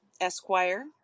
Esquire